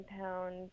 pound